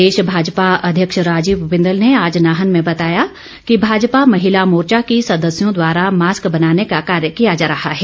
प्रदेश भाजपा अध्यक्ष राजीव बिंदल ने आज नाहन में बताया कि भाजपा महिला मोर्चा की सदस्यों द्वारा मास्क बनाने का कार्य किया जा रहा है